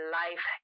life